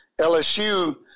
LSU